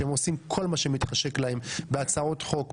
שהם עושים כל מה שמתחשק להם בהצעות חוק,